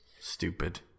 Stupid